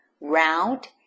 round